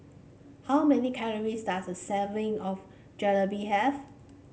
how many calories does a of Jalebi have